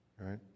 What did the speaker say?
Right